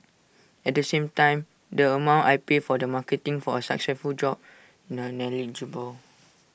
at the same time the amount I pay for the marketing from A successful job negligible